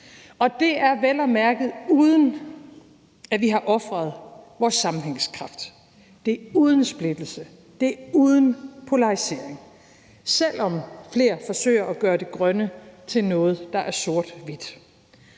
Det er vel at mærke, uden at vi har ofret vores sammenhængskraft. Det er uden splittelse, det er uden polarisering, selv om flere forsøger at gøre det grønne til noget, der er sort-hvidt.